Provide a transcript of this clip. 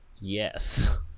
Yes